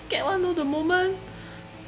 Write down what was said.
scared [one] orh the moment